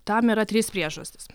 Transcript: tam yra trys priežastys